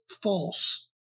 false